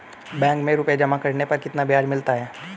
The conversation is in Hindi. बैंक में रुपये जमा करने पर कितना ब्याज मिलता है?